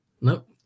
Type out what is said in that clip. Nope